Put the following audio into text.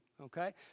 Okay